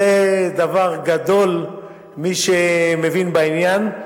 זה דבר גדול, מי שמבין בעניין,